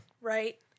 Right